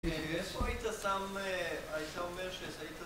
איפה היית שם... היית אומר שזה היית שם...